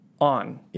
on